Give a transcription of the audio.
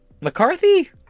McCarthy